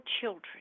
children